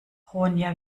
ronja